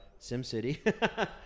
SimCity